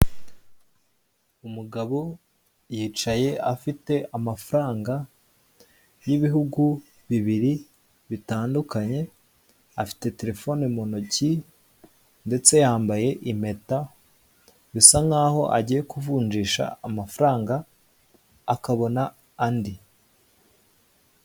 Umugabo yicaye afite amafaranga y'ibihugu bibiri bitandukanye afite telefone mu ntoki ndetse yambaye impeta bisa nkaho agiye kuvunjisha amafaranga akabona andi.